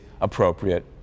appropriate